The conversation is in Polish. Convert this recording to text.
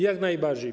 Jak najbardziej.